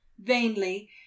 vainly